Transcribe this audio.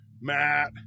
Matt